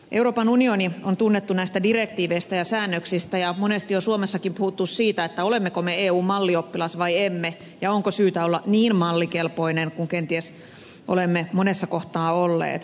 euroopan unioni on tunnettu näistä direktiiveistä ja säännöksistä ja monesti on suomessakin puhuttu siitä olemmeko me eun mallioppilas vai emme ja onko syytä olla niin mallikelpoinen kuin kenties olemme monessa kohtaa olleet